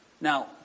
Now